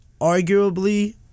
arguably